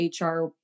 HR